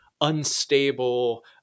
unstable